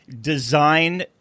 design